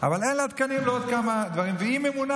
אבל אין לה תקנים לעוד כמה דברים והיא ממונה